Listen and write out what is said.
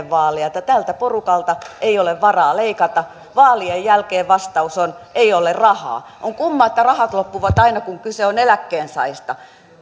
vaaleja että tältä porukalta ei ole varaa leikata vaalien jälkeen vastaus on ei ole rahaa on kumma että rahat loppuvat aina kun kyse on eläkkeensaajista